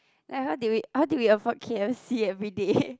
like how did we how did we afford K_F_C everyday